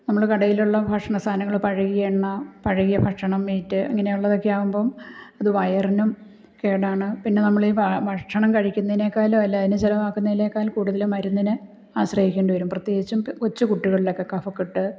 നമ്മുടെ കടയിലുള്ള ഭക്ഷണസാധനങ്ങൾ പഴകിയ എണ്ണ പഴകിയ ഭക്ഷണം മീറ്റ് ഇങ്ങനെയുള്ളതൊക്കെ ആകുമ്പം അത് വയറിനും കേടാണ് പിന്നെ നമ്മളീ ഭാ ഭക്ഷണം കഴിക്കുന്നതിനേക്കാളും അല്ലെ അതിനു ചിലവാക്കുന്നതിനേക്കാൾ കൂടുതൽ മരുന്നിന് ആശ്രയിക്കേണ്ടി വരും പ്രത്യേകിച്ച് കൊച്ചുകുട്ടികളിലൊക്കെ കഫക്കെട്ട്